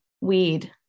weed